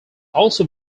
also